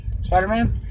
Spider-Man